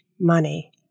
money